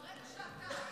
ברגע שאתה,